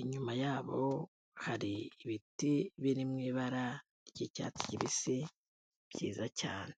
inyuma yabo hari ibiti biri mu ibara ry'icyatsi kibisi byiza cyane.